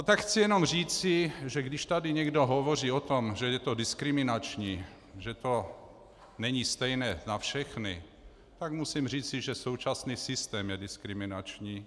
Tak chci jenom říci, že když tady někdo hovoří o tom, že je to diskriminační, že to není stejné na všechny, tak musím říci, že současný systém je diskriminační.